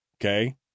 Okay